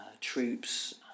troops